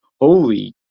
holy